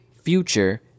Future